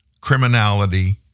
criminality